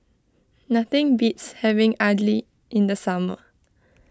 nothing beats having Idly in the summer